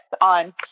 on